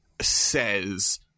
says